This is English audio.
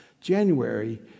January